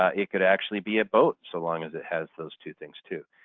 ah it could actually be a boat, so long as it has those two things too.